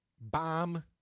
bomb